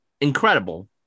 Incredible